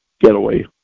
getaway